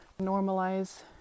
normalize